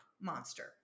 monster